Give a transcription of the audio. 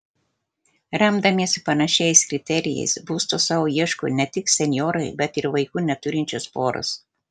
remdamiesi panašiais kriterijais būsto sau ieško ne tik senjorai bet ir vaikų neturinčios poros